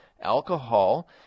Alcohol